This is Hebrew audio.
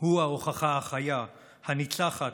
הוא ההוכחה החיה, הניצחת,